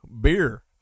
Beer